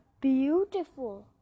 beautiful